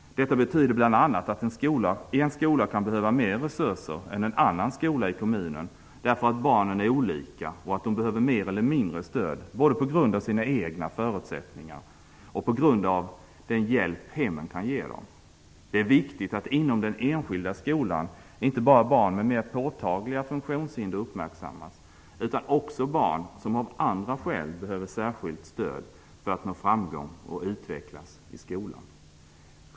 Detta betyder bl a att en skola kan behöva mer resurser är en annan skola i kommunen därför att barnen är olika och att de behöver mer eller mindre stöd både på grund av sina egna förutsättningar och på grund av den hjälp hemmen kan ge dem. Det är viktigt att inom den enskilda skolan inte bara barn med mera påtagliga funktionshinder uppmärksammas utan också barn som av andra skäl behöver särskilt stöd för att nå framsteg och utvecklas i skolan.